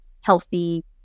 healthy